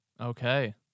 Okay